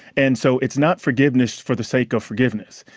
and so it's not forgiveness for the sake of forgiveness.